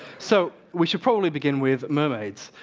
so we should probably begin with mermaids.